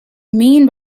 mean